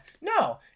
No